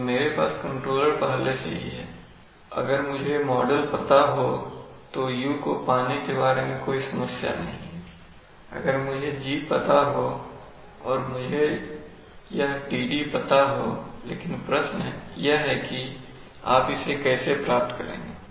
तो मेरे पास कंट्रोलर पहले से ही हैअगर मुझे मॉडल पता हो तो U को पाने के बारे में कोई समस्या नहीं है अगर मुझे G पता हो और अगर मुझे यह Td पता हो लेकिन प्रश्न यह है कि आप इसे कैसे प्राप्त करेंगे